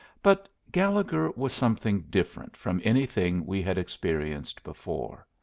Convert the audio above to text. but gallegher was something different from anything we had experienced before.